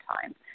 time